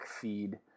feed